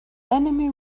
enemy